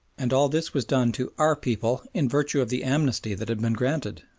and all this was done to our people in virtue of the amnesty that had been granted,